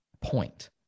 point